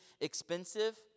expensive